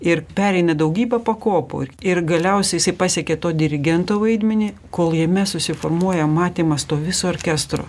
ir pereina daugybę pakopų ir galiausiai jisai pasiekia to dirigento vaidmenį kol jame susiformuoja matymas to viso orkestro